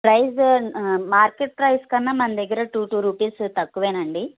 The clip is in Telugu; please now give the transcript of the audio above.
ప్రైస్ మార్కెట్ ప్రైస్ కన్నా మన దగ్గర టూ టూ రూపీస్ తక్కువ అండి